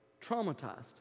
traumatized